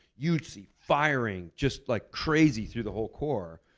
you would see firing, just like crazy through the whole core,